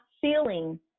feeling